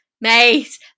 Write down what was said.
mate